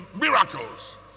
miracles